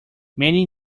many